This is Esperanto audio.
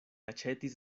aĉetis